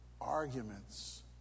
arguments